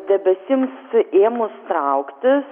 debesims ėmus trauktis